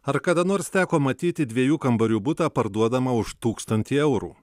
ar kada nors teko matyti dviejų kambarių butą parduodamą už tūkstantį eurų